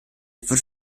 wird